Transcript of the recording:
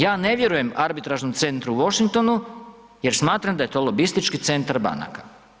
Ja ne vjerujem arbitražnom centru u Washingtonu jer smatram da je to lobistički centar banka.